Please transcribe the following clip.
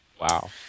wow